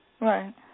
Right